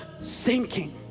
sinking